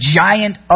giant